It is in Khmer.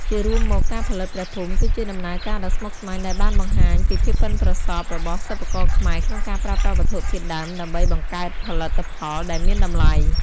ជារួមមក ការផលិតព្រះភូមិគឺជាដំណើរការដ៏ស្មុគស្មាញដែលបានបង្ហាញពីភាពប៉ិនប្រសប់របស់សិប្បករខ្មែរក្នុងការប្រើប្រាស់វត្ថុធាតុដើមដើម្បីបង្កើតផលិតផលដែលមានតម្លៃ។